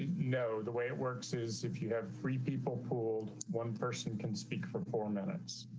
know, the way it works is if you have three people pulled one person can speak for four minutes.